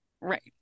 right